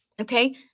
Okay